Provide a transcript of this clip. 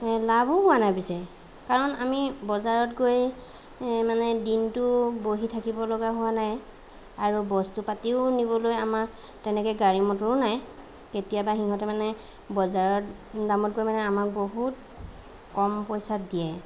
এ লাভো হোৱা নাই পিচে কাৰণ আমি বজাৰত গৈ এ মানে দিনটো বহি থাকিব লগা হোৱা নাই আৰু বস্তু পাতিও নিবলৈ আমাৰ তেনেকৈ গাড়ী মটৰো নাই কেতিয়াবা সিহঁতে মানে বজাৰৰ দামতকৈ মানে আমাক বহুত কম পইচাত দিয়ে